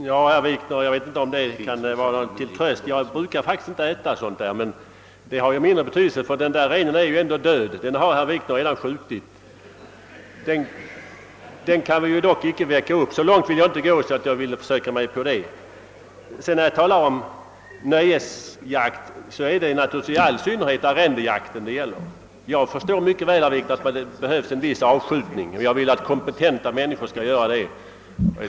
Herr talman! Jag vet inte om det kan vara herr Wikner till någon tröst när jag säger att jag faktiskt inte brukar äta sådant kött. Men det har ju mindre betydelse, eftersom renen ändå är död. Den har herr Wikner redan skjutit. Vi kan i alla fall inte uppväcka den. Jag ämnar inte gå så långt som att försöka mig på det. När jag talar om nöjesjakten avser jag i all synnerhet arrendejakten. Jag förstår mycket väl, herr Wikner, att det behövs en viss avskjutning, och jag vill att kompetenta människor skall sköta denna.